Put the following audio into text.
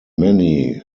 many